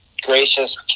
gracious